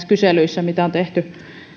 kyselyissä joita on tehty